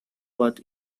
but